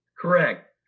Correct